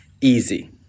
easy